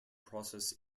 process